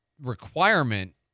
requirement